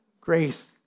grace